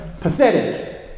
Pathetic